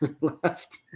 left